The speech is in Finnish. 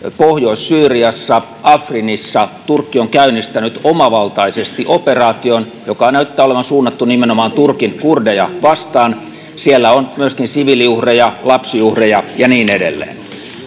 pohjois syyriassa afrinissa turkki on käynnistänyt omavaltaisesti operaation joka näyttää olevan suunnattu nimenomaan turkin kurdeja vastaan siellä on myöskin siviiliuhreja lapsiuhreja ja niin edelleen